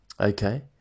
Okay